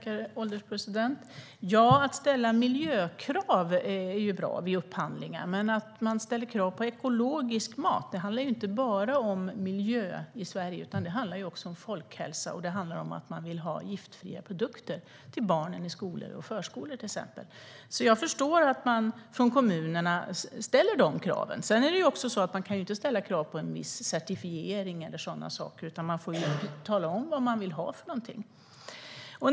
Herr ålderspresident! Att ställa miljökrav vid upphandlingar är bra. Men att man ställer krav på ekologisk mat handlar inte bara om miljö i Sverige utan också om folkhälsa och om att man vill ha giftfria produkter till barnen i skolor och förskolor, till exempel. Jag förstår att kommunerna ställer de kraven. Man kan inte ställa krav på en viss certifiering eller sådana saker, utan man får tala om vad det är man vill ha.